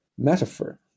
metaphor